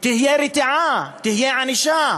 תהיה רתיעה, תהיה ענישה.